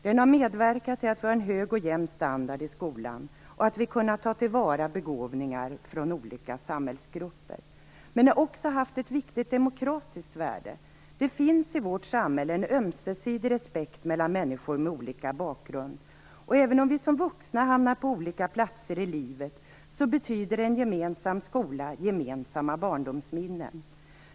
Den har medverkat till att vi har en hög och jämn standard i skolan och att vi har kunnat ta till vara begåvningar från olika samhällsgrupper. Men den har också haft ett viktigt demokratiskt värde. Det finns i vårt samhälle en ömsesidig respekt mellan människor med olika bakgrund. Även om vi som vuxna hamnar på olika platser i livet, betyder en gemensam skola gemensamma barndomsminnen.